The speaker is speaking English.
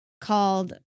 called